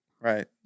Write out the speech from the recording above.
Right